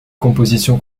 composition